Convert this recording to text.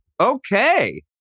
okay